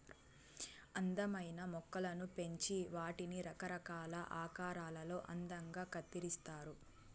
అందమైన మొక్కలను పెంచి వాటిని రకరకాల ఆకారాలలో అందంగా కత్తిరిస్తారు